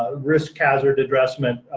risk hazard addressment.